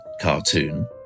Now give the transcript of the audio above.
cartoon